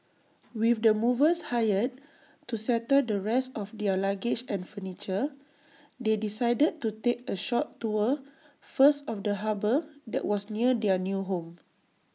with the movers hired to settle the rest of their luggage and furniture they decided to take A short tour first of the harbour that was near their new home